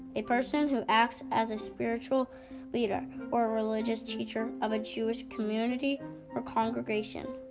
a person who acts as a spiritual leader or a religious teacher of a jewish community or congregation.